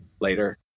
later